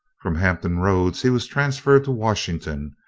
from hampton roads he was transferred to washington,